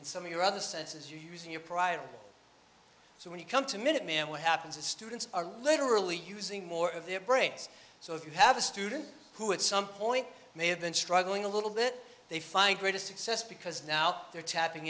and some of your other senses you're using your pride so when you come to minuteman what happens is students are literally using more of their brains so if you have a student who at some point may have been struggling a little bit they find greatest success because now they're tapping